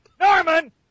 Norman